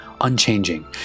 unchanging